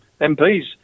MPs